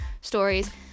stories